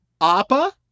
Appa